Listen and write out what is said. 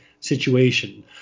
situation